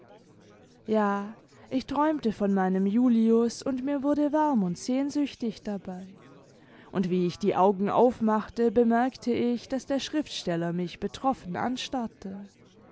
ja ich träumte von meinem julius und mir wurde warm tmd sehnsüchtig dabei und wie ich die augen aufmachte bemerkte ich daß der schriftsteller mich betroffen anstarrte